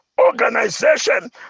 organization